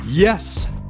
Yes